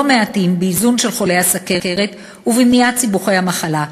מעטים באיזון של חולי הסוכרת ובמניעת סיבוכי המחלה.